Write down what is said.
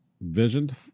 visioned